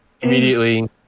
immediately